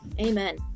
amen